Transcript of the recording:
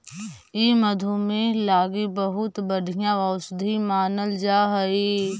ई मधुमेह लागी बहुत बढ़ियाँ औषधि मानल जा हई